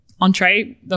entree –